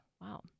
Wow